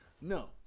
No